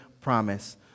promise